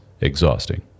exhausting